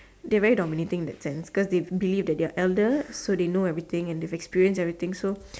they very dominating in that sense cause they believe they are elder so they know everything and they've experience everything